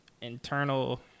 internal